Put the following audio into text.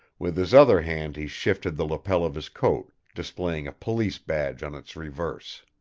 with his other hand he shifted the lapel of his coat, displaying a police badge on its reverse.